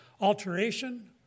alteration